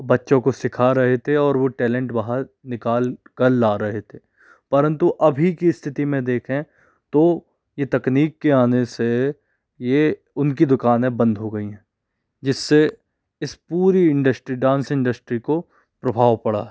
बच्चों को सिखा रहे थे और वो टैलेंट बाहर निकाल कर ला रहे थे परंतु अभी की स्थिति में देखें तो ये तकनीक के आने से ये उनकी दुकानें बंद हो गईं हैं जिससे इस पूरी इंडस्ट्री डांस इंडस्ट्री को प्रभाव पड़ा है